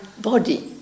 body